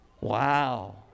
Wow